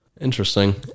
Interesting